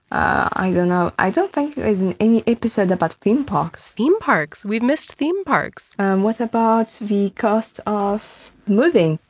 i don't know. i don't think there is and any episode about theme parks theme parks we've missed theme parks what about the cost of moving?